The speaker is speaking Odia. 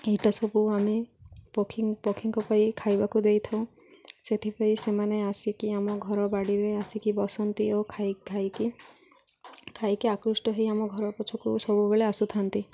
ଏଇଟା ସବୁ ଆମେ ପକ୍ଷୀ ପକ୍ଷୀଙ୍କ ପାଇଁ ଖାଇବାକୁ ଦେଇଥାଉ ସେଥିପାଇଁ ସେମାନେ ଆସିକି ଆମ ଘର ବାଡ଼ିରେ ଆସିକି ବସନ୍ତି ଓ ଖାଇ ଖାଇକି ଖାଇକି ଆକୃଷ୍ଟ ହେଇ ଆମ ଘର ପଛକୁ ସବୁବେଳେ ଆସୁଥାନ୍ତି